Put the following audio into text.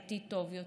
עתיד טוב יותר.